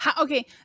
Okay